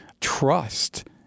trust